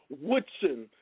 Woodson